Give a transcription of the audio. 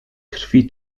krwi